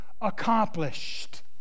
accomplished